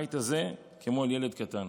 לבית הזה כמו אל ילד קטן.